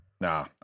Nah